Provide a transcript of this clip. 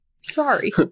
sorry